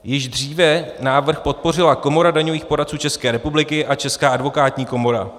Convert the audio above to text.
Již dříve návrh podpořila Komora daňových poradců České republiky a Česká advokátní komora.